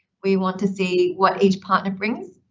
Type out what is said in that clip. we want to see what each partner brings.